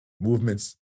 Movements